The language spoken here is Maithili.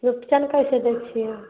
रुपचन कइसे दै छिए